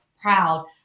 proud